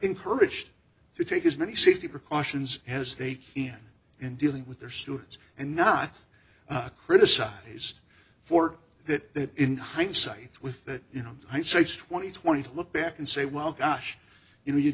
encouraged to take as many safety precautions as they can in dealing with their students and not criticized for that in hindsight with that you know hindsight is twenty twenty to look back and say well gosh you know you